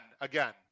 again